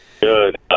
Good